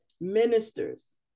ministers